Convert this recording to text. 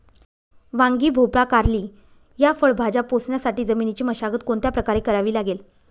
वांगी, भोपळा, कारली या फळभाज्या पोसण्यासाठी जमिनीची मशागत कोणत्या प्रकारे करावी लागेल?